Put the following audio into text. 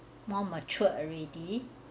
more mature already